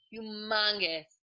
humongous